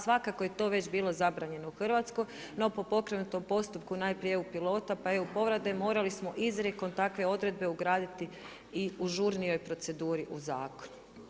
Svakako je to već bilo zabranjeno u Hrvatskoj, no po pokrenutom postupku najprije eu pilota pa eu … morali smo izrijekom takve odredbe ugraditi i u žurnijoj proceduri u zakon.